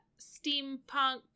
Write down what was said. steampunk